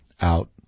out